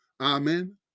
amen